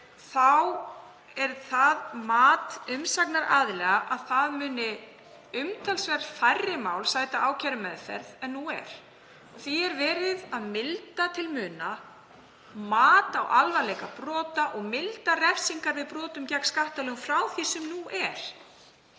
er það mat umsagnaraðila að umtalsvert færri mál muni sæta ákærumeðferð en nú er. Því er verið að milda til muna mat á alvarleika brota og milda refsingar við brotum gegn skattalögum frá því sem nú er.